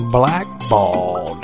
blackballed